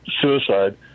suicide-